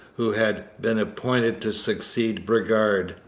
who had been appointed to succeed bridgar,